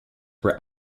were